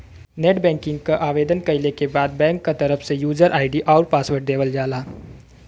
net banking क आवेदन कइले के बाद बैंक क तरफ से यूजर आई.डी आउर पासवर्ड देवल जाला